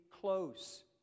close